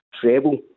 treble